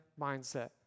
mindset